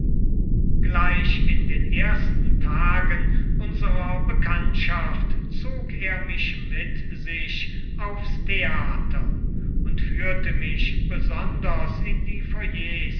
gleich in den ersten tagen unserer bekanntschaft zog er mich mit sich aufs theater und führte mich besonders in die